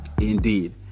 Indeed